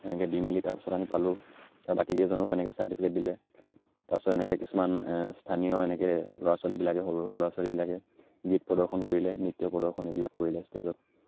এনেকৈ দি মেলি তাৰপাছত আমি পালোঁ আৰু বাকীকেইজনকো এনেকৈ চাৰ্টিফিকেট দিলে তাৰপাছত এনেকৈ কিছুমান স্থানীয় এনেকৈ ল'ৰা ছোৱালীবিলাকে সৰু সৰু ল'ৰা ছোৱালীবিলাকে গীত প্ৰদৰ্শন কৰিলে নৃত্য প্ৰদৰ্শন এইবিলাক কৰিলে ষ্টেজত